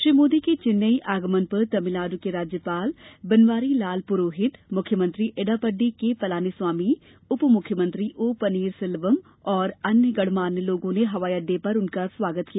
श्री मोदी के चेन्नई आगमन पर तमिलनाडु के राज्यपाल बनवारीलाल पुरोहित मुख्यमंत्री एड्डापडी के पलानीस्वामी उपमुख्यमंत्री ओ पन्नीरसेल्वम तथा अन्य गणमान्य लोगों ने हवाई अड्डे पर उनका स्वागत किया